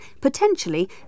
Potentially